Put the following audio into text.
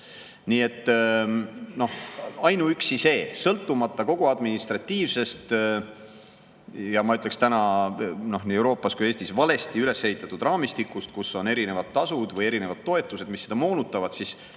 Nii et sõltumata kogu administratiivsest ja, ma ütleks täna, nii Euroopas kui ka Eestis valesti üles ehitatud raamistikust, kus on erinevad tasud või erinevad toetused, mis seda moonutavad, see